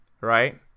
right